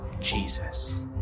Jesus